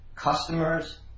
Customers